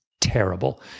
terrible